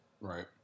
Right